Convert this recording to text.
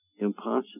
impossible